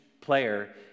player